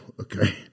okay